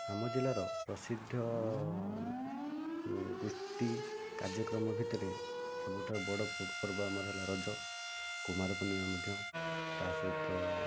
ଆମ ଜିଲ୍ଲାର ପ୍ରସିଦ୍ଧ ଗୋଷ୍ଠୀ କାର୍ଯ୍ୟକ୍ରମ ଭିତରେ ସବୁଠାରୁ ବଡ଼ ପର୍ବ ଆମର ହେଲା ରଜ କୁମାର ପୂର୍ଣ୍ଣିମା ମଧ୍ୟ ତା'ସହିତ